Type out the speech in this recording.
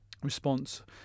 response